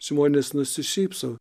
žmonės nusišypso